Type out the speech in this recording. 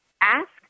ask